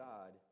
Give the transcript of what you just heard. God